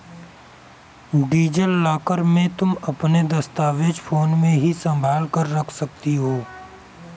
digital locker में तुम अपने दस्तावेज फोन में ही संभाल कर रख सकती हो